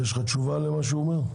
יש לך תשובה למה שהוא אומר?